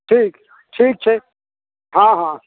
ठीक ठीक छै हँ हँ